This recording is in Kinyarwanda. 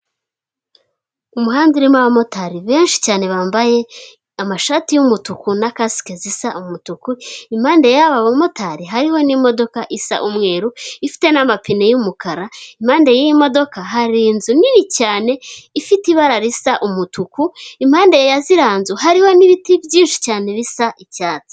Umuhanda urimo abamotari benshi cyane bambaye amashati y'umutuku na kasike zisa umutuku, impande yaba abamotari hariho n'imodoka isa umweru ifite n'amape y'umukara, impande yiyi modoka hari inzu nini cyane ifite ibara risa umutuku, impande ya ziriya nzu hariho n'ibiti byinshi cyane bisa icyatsi.